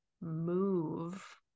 move